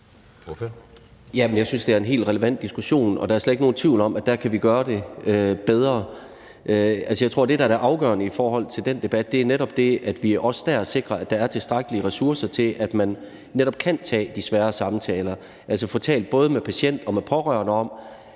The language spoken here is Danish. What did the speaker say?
Jeg synes, det er en helt relevant diskussion, og der er slet ikke nogen tvivl om, at der kan vi gøre det bedre. Jeg tror, at det, der er det afgørende i forhold til den debat, er, at vi også der sikrer, at der er tilstrækkelige ressourcer til, at man netop kan tage de svære samtaler, altså få talt både med patienter og pårørende om,